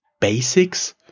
basics